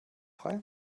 frei